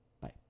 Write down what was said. Bye